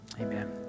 amen